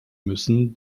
müssen